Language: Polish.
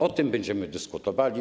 O tym będziemy dyskutowali.